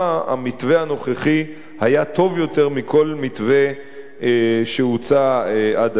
המתווה הנוכחי היה טוב יותר מכל מתווה שהוצע עד היום.